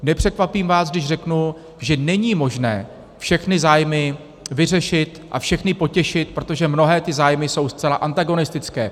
Nepřekvapím vás, když řeknu, že není možné všechny zájmy vyřešit a všechny potěšit, protože mnohé ty zájmy jsou zcela antagonistické.